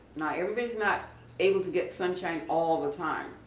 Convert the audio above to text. now everybody is not able to get sunshine all the time